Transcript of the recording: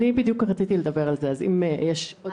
טליה: לא.